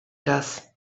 das